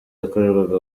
yakorerwaga